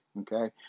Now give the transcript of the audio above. okay